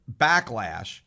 backlash